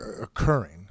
occurring